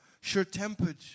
Sure-tempered